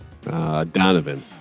Donovan